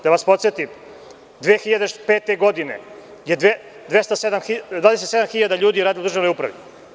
Da vas podsetim, 2005. godine je 27 hiljada ljudi radilo u državnoj upravi.